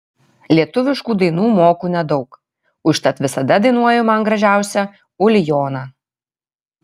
lietuviškų dainų moku nedaug užtat visada dainuoju man gražiausią ulijoną